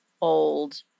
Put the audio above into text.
old